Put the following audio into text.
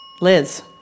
Liz